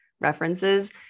references